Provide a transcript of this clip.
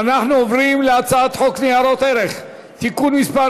אנחנו עוברים להצעת חוק ניירות ערך (תיקון מס'